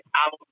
out